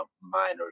minor